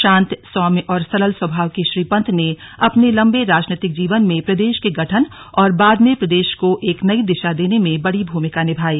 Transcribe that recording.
शांत सौम्य और सरल स्वभाव के श्री पंत ने अपने लम्बे राजनैतिक जीवन में प्रदेश के गठन और बाद में प्रदेश को एक नई दिशा देने में बड़ी भूमिका निभायी